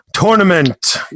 Tournament